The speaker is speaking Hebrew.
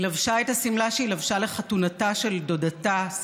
היא לבשה את השמלה שלבשה לחתונתה של דודתה,